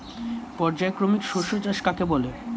পর্যায়ক্রমিক শস্য চাষ কাকে বলে?